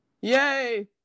Yay